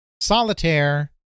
Solitaire